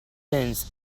fence